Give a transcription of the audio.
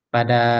Pada